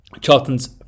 Charlton's